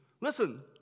Listen